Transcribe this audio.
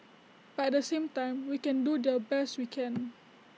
but at the same time we can do the best we can